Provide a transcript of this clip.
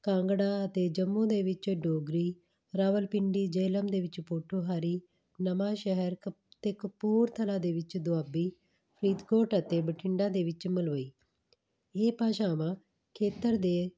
ਕਾਂਗੜਾ ਅਤੇ ਜੰਮੂ ਦੇ ਵਿੱਚ ਡੋਗਰੀ ਰਾਵਲਪਿੰਡੀ ਜੇਹਲਮ ਦੇ ਵਿੱਚ ਪੋਠੋਹਾਰੀ ਨਵਾਂਸ਼ਹਿਰ ਕਪ ਅਤੇ ਕਪੂਰਥਲਾ ਦੇ ਵਿੱਚ ਦੁਆਬੀ ਫਰੀਦਕੋਟ ਅਤੇ ਬਠਿੰਡਾ ਦੇ ਵਿੱਚ ਮਲਵਈ ਇਹ ਭਾਸ਼ਾਵਾਂ ਖੇਤਰ ਦੇ